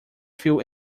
few